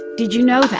did you know that?